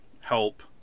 help